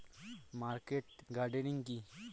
Market gardening কি?